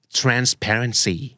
transparency